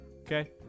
okay